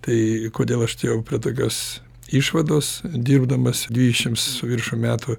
tai kodėl aš priėjau prie tokios išvados dirbdamas dvidešims su viršum metų